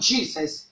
Jesus